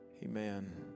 amen